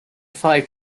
five